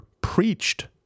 preached